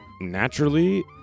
naturally